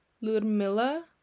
Ludmilla